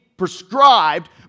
prescribed